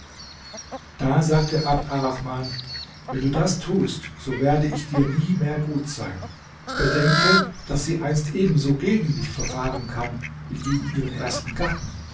da sagte abd arrahman wenn du das tust so werde ich dir nie mehr gut sein bedenke daß sie einst ebenso gegen dich verfahren kann wie gegen ihren ersten gatten